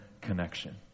connection